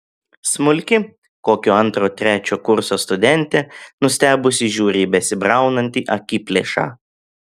smulki kokio antro trečio kurso studentė nustebusi žiūri į besibraunantį akiplėšą